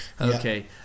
Okay